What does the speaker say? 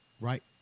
right